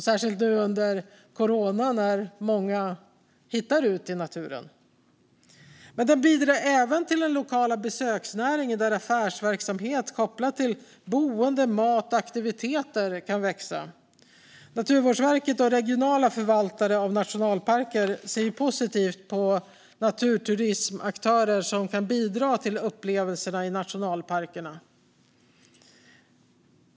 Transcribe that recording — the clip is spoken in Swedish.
Särskilt nu under coronapandemin hittar många ut i naturen. Men den bidrar även till den lokala besöksnäringen, där affärsverksamhet som är kopplad till boende, mat och aktiviteter kan växa. Naturvårdsverket och regionala förvaltare av nationalparker ser positivt på naturturismaktörer som kan bidra till upplevelserna i nationalparkerna.